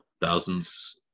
Thousands